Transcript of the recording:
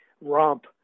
romp